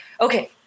Okay